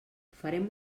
farem